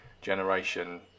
generation